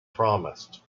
promised